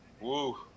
Woo